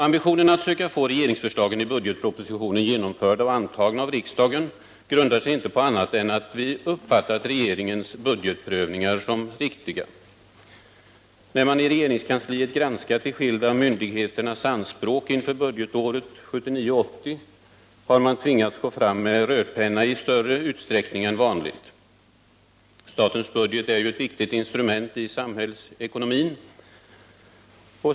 Ambitionen att söka få regeringsförslagen i budgetpropositionen genomförda och antagna av riksdagen grundar sig inte på annat än att vi uppfattat regeringens budgetprövningar som riktiga. När man i regeringskansliet granskat de skilda myndigheternas anspråk inför budgetåret 1979/80 har man tvingats gå fram med rödpenna i större utsträckning än vanligt. Statens budget är ett viktigt instrument i samhällsekonomin.